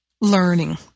learning